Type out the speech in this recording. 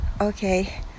okay